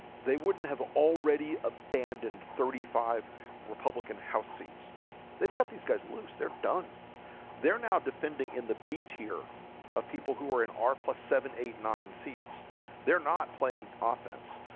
they wouldn't have already abandoned thirty five republican house seats they've cut these guys loose they're done they're now defending in the b tier of people who are in are plus seven eight nine seats they're not playing offense,